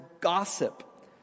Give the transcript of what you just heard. gossip